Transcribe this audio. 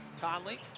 Conley